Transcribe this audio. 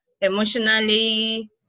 emotionally